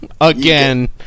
again